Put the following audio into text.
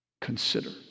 Consider